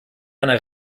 eine